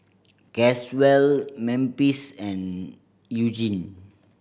Caswell Memphis and Eugene